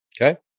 Okay